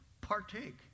Partake